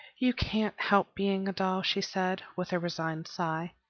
you can't help being a doll, she said, with a resigned sigh,